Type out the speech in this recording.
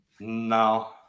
No